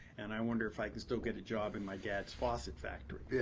and i wonder if i can still get a job in my dad's faucet factory?